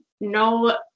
no